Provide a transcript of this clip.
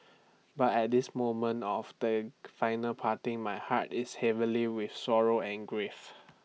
but at this moment of they final parting my heart is heavily with sorrow and grief